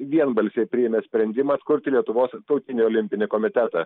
vienbalsiai priėmė sprendimą atkurti lietuvos tautinį olimpinį komitetą